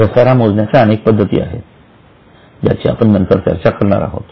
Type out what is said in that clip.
घसारा मोजण्याच्या अनेक पद्धती आहेत ज्याची आपण नंतर चर्चा करणार आहोत